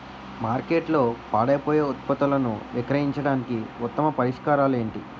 మార్కెట్లో పాడైపోయే ఉత్పత్తులను విక్రయించడానికి ఉత్తమ పరిష్కారాలు ఏంటి?